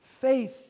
Faith